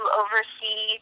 oversee